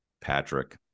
Patrick